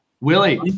Willie